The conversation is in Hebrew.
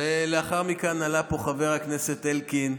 לאחר מכן עלה פה חבר הכנסת אלקין,